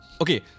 Okay